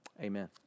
Amen